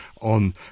on